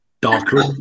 darker